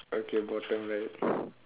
okay bottom right